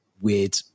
weird